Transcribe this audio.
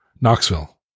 Knoxville